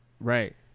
Right